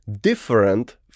different